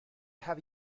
have